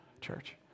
church